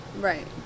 Right